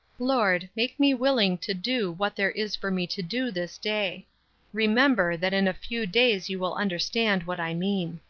lord, make me willing to do what there is for me to do this day remember that in a few days you will understand what i mean.